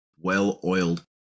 well-oiled